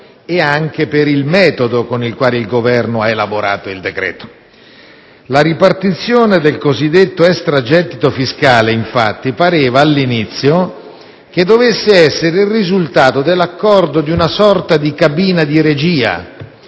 e anche per il metodo con il quale il Governo ha elaborato il decreto. La ripartizione del cosiddetto extragettito fiscale, infatti, pareva all'inizio che dovesse essere il risultato dell'accordo di una sorta di cabina di regia,